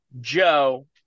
Joe